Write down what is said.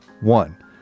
One